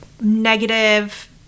negative